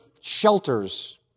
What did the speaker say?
shelters